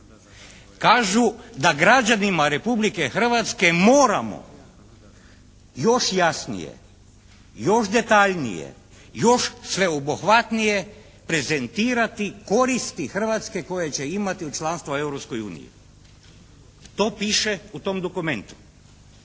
kažu da građanima Republike Hrvatske moramo još jasnije, još detaljnije, još sveobuhvatnije prezentirati koristi Hrvatske koje će imati u članstvu u Europskoj uniji. To piše u tom dokumentu.